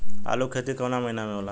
आलू के खेती कवना महीना में होला?